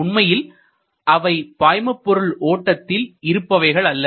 உண்மையில் அவை பாய்மபொருள் ஓட்டத்தில் இருப்பவைகள் அல்ல